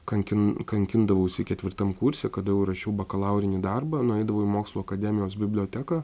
kankin kankindavausi ketvirtam kurse kada jau rašiau bakalaurinį darbą nueidavau į mokslų akademijos biblioteką